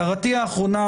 הערתי האחרונה